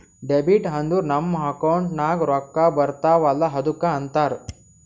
debit ಅಂದುರ್ ನಮ್ account ನಾಗ್ ರೊಕ್ಕಾ ಬರ್ತಾವ ಅಲ್ಲ ಅದ್ದುಕ ಅಂತಾರ್